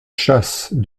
chasses